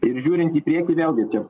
ir žiūrint į priekį vėl gi čia